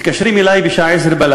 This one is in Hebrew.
מתקשרים אלי בשעה 22:00,